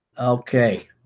Okay